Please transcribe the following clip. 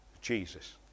Jesus